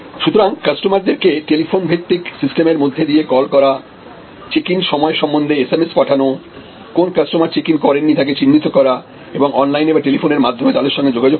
সুতরাং কাস্টমারদের কে টেলিফোন ভিত্তিক সিস্টেমের মধ্যে দিয়ে কল করা চেক ইন সময় সম্বন্ধে এসএমএস পাঠানো কোন কাস্টমার চেক ইন করেননি তাকে চিহ্নিত করা এবং অনলাইনে বা টেলিফোনের মাধ্যমে তাদের সঙ্গে যোগাযোগ করা